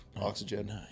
oxygen